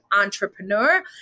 entrepreneur